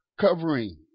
covering